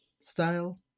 style